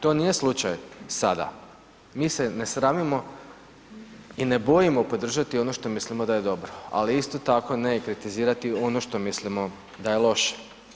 To nije slučaj sada, mi se ne sramimo i ne bojimo podržati ono što mislimo da je dobro, ali isto tako ne i kritizirati ono što mislimo da je loše.